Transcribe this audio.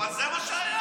אבל זה מה שהיה.